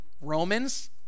Romans